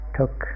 took